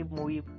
movie